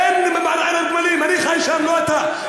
אין מרעה לגמלים, אני חי שם, לא אתה.